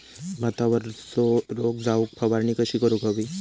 भातावरचो रोग जाऊक फवारणी कशी करूक हवी?